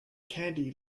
candy